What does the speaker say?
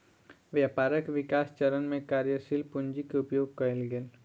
व्यापारक विकास चरण में कार्यशील पूंजी के उपयोग कएल गेल